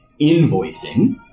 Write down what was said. invoicing